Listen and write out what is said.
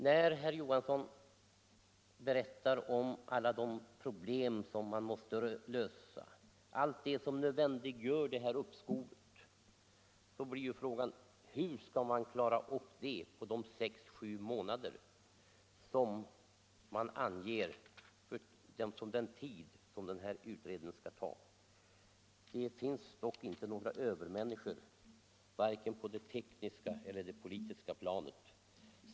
När herr Johansson berättar om alla de problem som måste lösas före ett beslut, om allt det som nödvändiggör detta uppskov, blir frågan: Hur skall man klara detta på de sex sju månader som utskottsmajoriteten anger att utredningen skall ta? Det finns dock inte några övermänniskor, vare sig på det tekniska eller på det politiska planet.